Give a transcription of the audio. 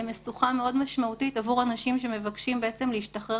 זו משוכה מאוד משמעותית עבור אנשים שמבקשים להשתחרר